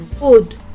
good